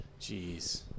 Jeez